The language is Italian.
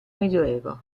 medioevo